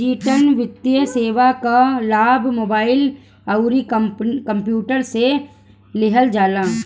digital वित्तीय सेवा कअ लाभ मोबाइल अउरी कंप्यूटर से लिहल जाला